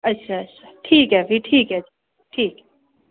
अच्छा अच्छा ठीक ऐ भी ठीक ऐ ठीक ऐ